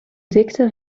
dikte